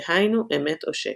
דהיינו אמת או שקר.